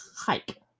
Hike